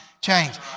change